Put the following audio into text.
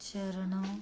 चरणों